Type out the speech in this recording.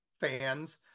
fans